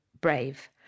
brave